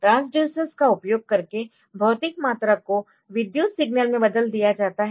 transducers का उपयोग करके भौतिक मात्रा को विद्युत सिग्नल में बदल दिया जाता है